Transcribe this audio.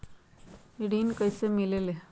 ऋण कईसे मिलल ले?